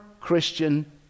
Christian